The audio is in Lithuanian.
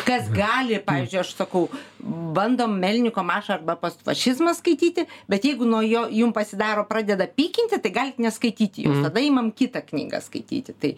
kas gali pavyzdžiui aš sakau bandom melniko mašą arba postfašizmą skaityti bet jeigu nuo jo jum pasidaro pradeda pykinti tai galite neskaityti jūs tada imam kitą knygą skaityti tai